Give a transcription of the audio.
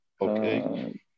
Okay